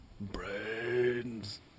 brains